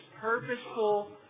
purposeful